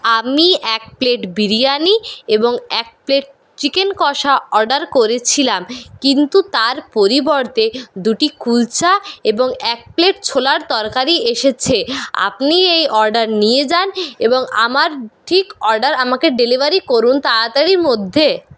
আমি এক প্লেট বিরিয়ানি এবং এক প্লেট চিকেন কষা অর্ডার করেছিলাম কিন্তু তার পরিবর্তে দুটি কুলচা এবং এক প্লেট ছোলার তরকারি এসেছে আপনি এই অর্ডার নিয়ে যান এবং আমার ঠিক অর্ডার আমাকে ডেলিভারি করুন তাড়াতাড়ির মধ্যে